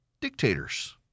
dictators